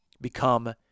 become